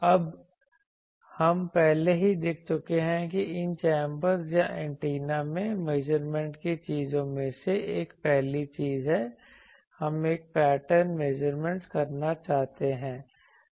अब हम पहले ही देख चुके हैं कि इन चैंबर्स या एंटीना रेंज में मेजरमेंट की चीजों में से एक पहली चीज है हम एक पैटर्न मेजरमेंट करना चाहते हैं